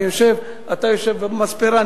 אתה יושב במספרה,